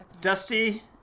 Dusty